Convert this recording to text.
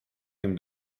him